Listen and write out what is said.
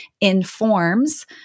informs